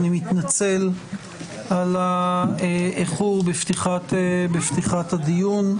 אני מתנצל על האיחור בפתיחת הדיון,